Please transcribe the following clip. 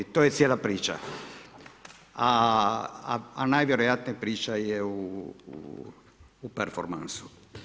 To je cijela priča, a najvjerojatnije priča je u performansu.